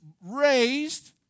raised